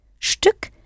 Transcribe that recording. Stück